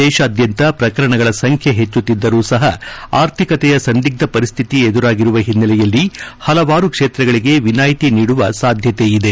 ದೇತಾದ್ಲಂತ ಪ್ರಕರಣಗಳ ಸಂಬ್ಲೆ ಹೆಚ್ಚುತ್ತಿದ್ದರೂ ಸಹ ಆರ್ಥಿಕತೆಯ ಸಂದಿಗ್ಡ ಪರಿಸ್ಥಿತಿ ಎದುರಾಗಿರುವ ಹಿನ್ನೆಲೆಯಲ್ಲಿ ಪಲವಾರು ಕ್ಷೇತ್ರಗಳಿಗೆ ವಿನಾಯಿತಿ ನೀಡುವ ಸಾಧ್ಯತೆ ಇದೆ